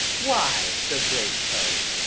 why the great toe?